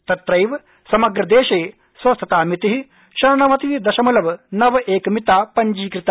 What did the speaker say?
तत्रैव समग्र देशे स्वस्थतामिति षण्णवति दशमलव नव क्रिमिता पंजीकृता